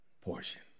portion